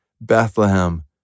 Bethlehem